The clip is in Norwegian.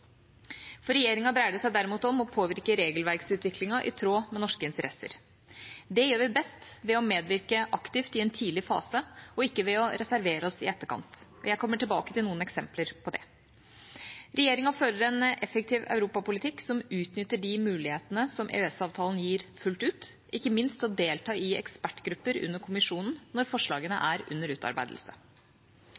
For regjeringa dreier det seg derimot om å påvirke regelverksutviklingen i tråd med norske interesser. Det gjør vi best ved å medvirke aktivt i en tidlig fase, ikke ved å reservere oss i etterkant. Jeg kommer tilbake til noen eksempler på dette. Regjeringa fører en effektiv europapolitikk som utnytter de mulighetene som EØS-avtalen gir, fullt ut, ikke minst til å delta i ekspertgrupper under Kommisjonen når forslagene